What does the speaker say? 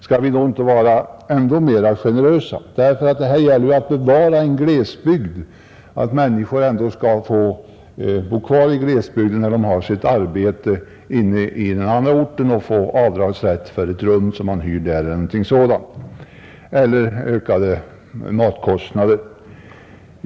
Skall vi inte då vara ännu mer generösa? Det gäller ju att bevara en glesbygd och få människorna att bo kvar där, Skall de inte då kunna få göra avdrag för ett hyrt rum eller för ökade matkostnader om de arbetar på en annan ort?